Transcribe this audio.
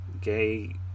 gay